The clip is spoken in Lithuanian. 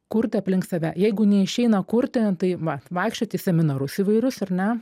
kurti aplink save jeigu neišeina kurti tai va vaikščiot į seminarus įvairius ar ne